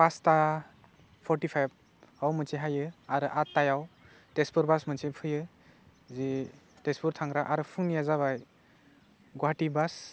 पाचथा पर्टिपाइभआव मोनसे हाययो आरो आटायाव तेजपुर बास मोनसे फैयो जि तेजपुर थांग्रा आर फुंनिया जाबाय गुवाहाटी बास